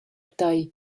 tei